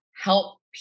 help